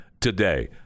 today